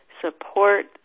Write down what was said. support